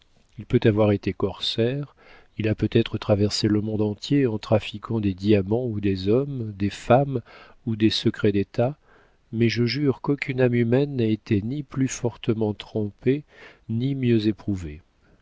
il peut avoir été corsaire il a peut-être traversé le monde entier en trafiquant des diamants ou des hommes des femmes ou des secrets d'état mais je jure qu'aucune âme humaine n'a été ni plus fortement trempée ni mieux éprouvée